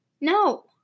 No